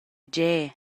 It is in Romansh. gie